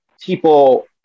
people